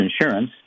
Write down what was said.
insurance